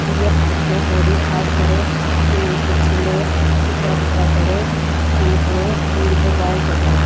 बिहु उनखे पहिरियूं साफ़ु करे हुननि खे छिले टुकड़ा टुकड़ा करे ऐं पोएं उन्हनि खे बॉयल कजे